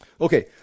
Okay